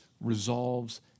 resolves